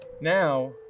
now